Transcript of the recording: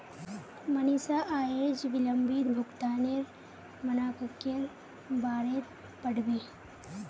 मनीषा अयेज विलंबित भुगतानेर मनाक्केर बारेत पढ़बे